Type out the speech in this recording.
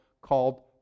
called